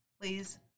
please